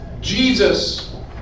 Jesus